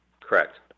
correct